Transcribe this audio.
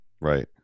Right